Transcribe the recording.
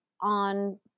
on